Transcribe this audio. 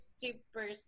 super